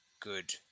good